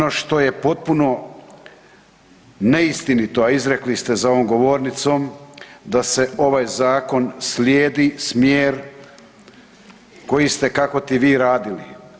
Ono što je potpuno neistinito, a izrekli ste za ovom govornicom da se ovaj zakon slijedi smjer koji ste kakoti vi radili.